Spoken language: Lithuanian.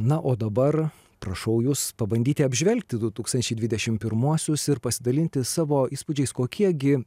na o dabar prašau jus pabandyti apžvelgti du tūkstančiai dvidešimt pirmuosius ir pasidalinti savo įspūdžiais kokie gi